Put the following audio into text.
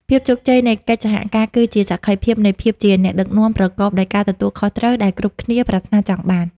ភាពជោគជ័យនៃកិច្ចសហការ គឺជាសក្ខីភាពនៃភាពជាអ្នកដឹកនាំប្រកបដោយការទទួលខុសត្រូវដែលគ្រប់គ្នាប្រាថ្នាចង់បាន។